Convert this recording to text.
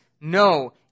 No